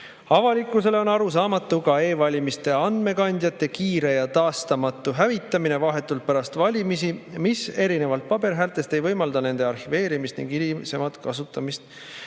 Avalikkusele on arusaamatu ka e-valimiste andmekandjate kiire ja taastamatu hävitamine vahetult pärast valimisi, mis erinevalt paberil antud häältest ei võimalda nende arhiveerimist ning hilisemat kasutamist